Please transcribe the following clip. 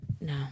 no